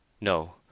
No